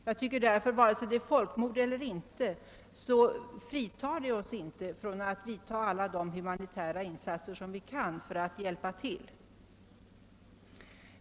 även om det inte föreligger folkmord fritar inte detta oss från att göra de humanitära insatser vi kan för att hjälpa.